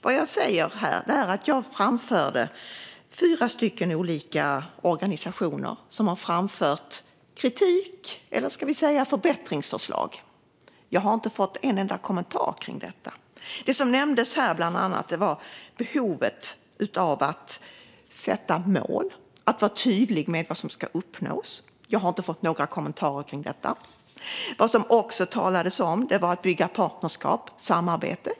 Vad jag säger här är att jag lyfte fram fyra olika organisationer som har framfört kritik - eller ska vi säga förbättringsförslag - men jag har inte fått en enda kommentar kring detta. Det som nämndes var bland annat behovet av att sätta mål och att vara tydlig med vad som ska uppnås. Jag har inte fått några kommentarer kring detta. Vad som också talades om var att bygga partnerskap, eller samarbete.